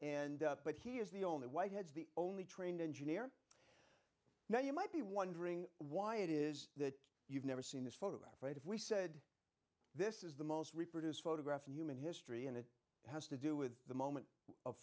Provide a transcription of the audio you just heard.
and but he is the only whitehead's the only trained engineer now you might be wondering why it is that you've never seen this photograph and if we said this is the most reproduced photograph in human history and it has to do with the moment of